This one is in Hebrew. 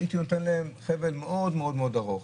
הייתי נותן להם חבל מאוד מאוד ארוך,